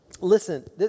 listen